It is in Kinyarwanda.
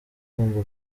ugomba